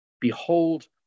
behold